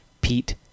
Pete